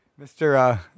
Mr